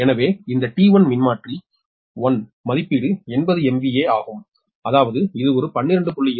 எனவே இந்த T1 மின்மாற்றி 1 மதிப்பீடு 80 MVA ஆகும் அதாவது இது ஒரு 12